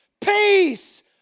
peace